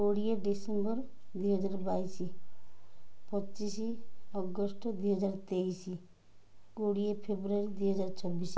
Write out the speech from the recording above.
କୋଡ଼ିଏ ଡିସେମ୍ବର ଦୁଇହଜାର ବାଇଶି ପଚିଶି ଅଗଷ୍ଟ ଦୁଇହଜାର ତେଇଶି କୋଡ଼ିଏ ଫେବୃଆରୀ ଦୁଇହଜାର ଚବିଶି